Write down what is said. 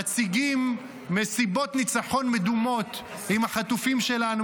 מציגים מסיבות ניצחון מדומות עם החטופים שלנו,